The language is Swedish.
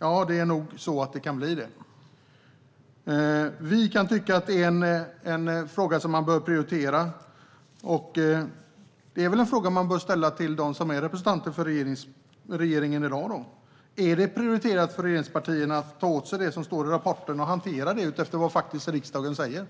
Ja, det är nog så det kan bli. Visst kan vi tycka att detta är något som man bör prioritera. Men det är väl en fråga man bör ställa till dem som är representanter för regeringen i dag: Är det prioriterat för regeringspartierna att ta åt sig det som står i rapporten och hantera det utefter vad riksdagen säger?